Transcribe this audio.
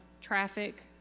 traffic